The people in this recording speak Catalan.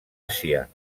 àsia